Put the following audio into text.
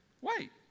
Wait